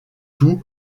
tout